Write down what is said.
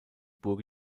burg